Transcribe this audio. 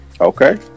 Okay